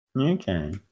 Okay